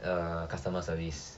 the customer service